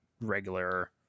regular